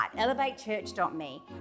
elevatechurch.me